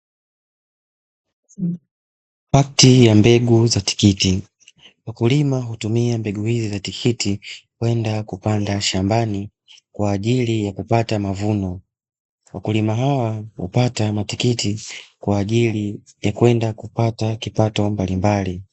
Pakiti ya mbegu za tikiti, mkulima hutumia mbegu hizi za tikiti kwenda kupanda shambani kwajili ya kupata mavuno wakulima hawa hupata matikiti kwajili ya kwenda kupata kipato mbalimbali.